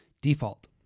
Default